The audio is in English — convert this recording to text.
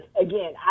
again